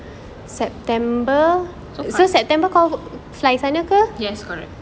so fast yes correct